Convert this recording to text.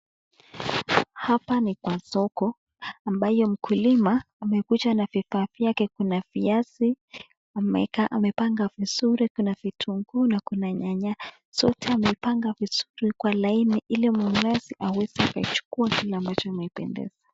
Hapa ni kwa soko ambayo mkulima amekuja na vifaa vyake. Kuna viazi amepanga vizuri, kuna vitungu na kuna nyanya. Zoteampanga vizuri kwa laini ili mwuuzaji aweze kuijukua kile ambacho imeipendeza.